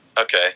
okay